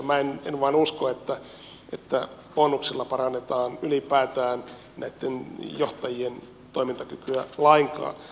minä en vain usko että bonuksilla parannetaan ylipäätään näitten johtajien toimintakykyä lainkaan